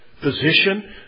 position